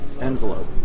envelope